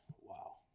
wow